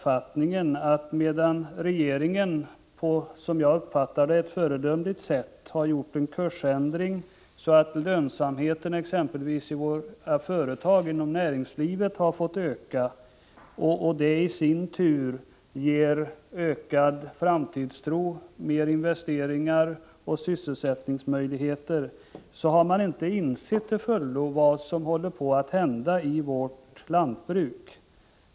Regeringen har enligt min bestämda uppfattning på ett föredömligt sätt gjort en kursändring när det gäller näringslivet, så att t.ex. företagens lönsamhet har ökat, vilket i sin tur medfört ökad framtidstro, mer investeringar och sysselsättningsmöjligheter. Men man har inte till fullo insett vad som håller på att hända inom lantbruket.